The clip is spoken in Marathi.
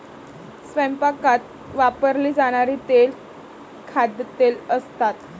स्वयंपाकात वापरली जाणारी तेले खाद्यतेल असतात